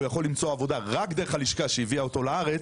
הוא יכול למצוא עבודה רק דרך הלשכה שהביאה אותו לארץ,